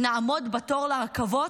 נעמוד בתור לרכבות?